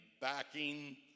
backing